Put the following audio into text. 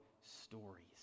stories